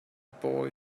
boy